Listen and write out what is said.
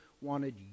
wanted